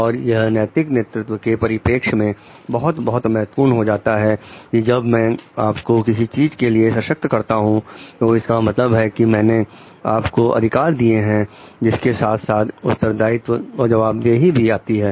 और यह नैतिक नेतृत्व के परिपेक्ष से बहुत बहुत महत्वपूर्ण हो जाता है कि जब मैं आपको किसी चीज के लिए सशक्त करता हूं तो इसका मतलब है कि मैंने आपको अधिकार दिए हैं जिसके साथ साथ उत्तरदायित्व और जवाबदेही भी आती है